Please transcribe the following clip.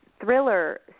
thriller